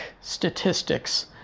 statistics